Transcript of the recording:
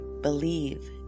Believe